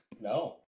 No